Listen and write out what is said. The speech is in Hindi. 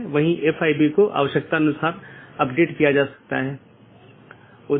यह हर BGP कार्यान्वयन के लिए आवश्यक नहीं है कि इस प्रकार की विशेषता को पहचानें